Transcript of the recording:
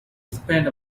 spend